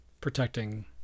protecting